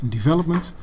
Development